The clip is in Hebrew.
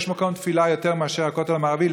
יש מקום לתפילה יותר מאשר הכותל המערבי?